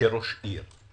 כראש עיר.